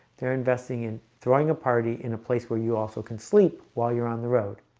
they're investing in throwing a party in a place where you also can sleep while you're on the road?